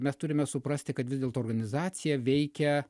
mes turime suprasti kad vis dėlto organizacija veikia